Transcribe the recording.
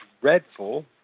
dreadful